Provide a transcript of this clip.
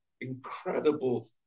incredible